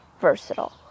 versatile